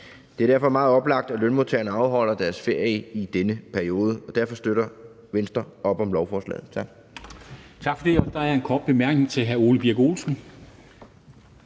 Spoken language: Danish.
Det er derfor meget oplagt, at lønmodtagerne afholder deres ferie i denne periode, og derfor støtter Venstre op om lovforslaget. Tak. Kl. 10:52 Formanden (Henrik Dam Kristensen):